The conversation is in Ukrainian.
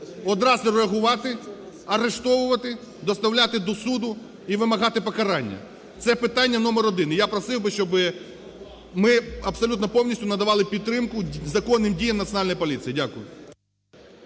одразу реагувати, арештовувати, доставляти до суду і вимагати покарання. Це питання номер 1 і я просив би, щоби ми абсолютно повністю надавали підтримку законним діям Національної поліції. Дякую.